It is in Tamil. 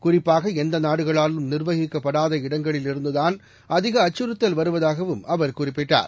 குறிப்பாக எந்த நாடுகளாலும் நிர்வகிக்கப்படாத இடங்களிலிருந்துதான் அதிக அச்சறுத்தல் வருவதாகவும் அவர் குறிப்பிட்டார்